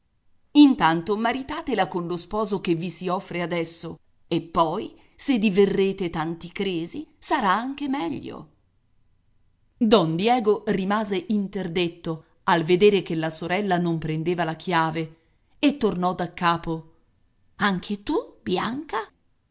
benone intanto maritatela con lo sposo che vi si offre adesso e poi se diverrete tanti cresi sarà anche meglio don diego rimase interdetto al vedere che la sorella non prendeva la chiave e tornò daccapo anche tu bianca